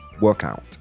workout